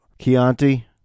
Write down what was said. Chianti